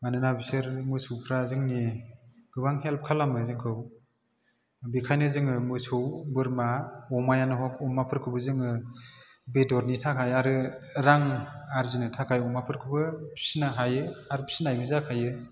मानोना बिसोर मोसौफ्रा जोंनि गोबां हेल्फ खालामो जोंखौ बेखायनो जोङो मोसौ बोरमा अमायानो हग अमाफोरखौबो जोङो बेदरनि थाखाय आरो रां आरजिनो थाखाय अमाफोरखौबो फिनो हायो आरो फिनायबो जाखायो